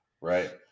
right